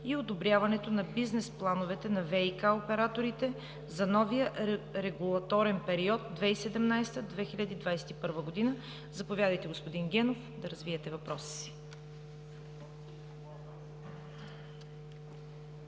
и одобряването на бизнес плановете на ВиК операторите за новия регулаторен период 2017-2021 г. Заповядайте, господин Генов, да развиете въпроса си.